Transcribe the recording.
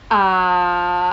ah